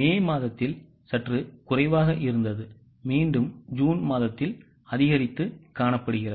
மே மாதத்தில் சற்று குறைவாக இருந்தது மீண்டும் ஜூன் மாதத்தில் அதிகரித்து காணப்படுகிறது